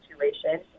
situation